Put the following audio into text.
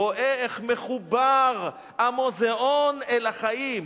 רואה איך מחובר המוזיאון אל החיים,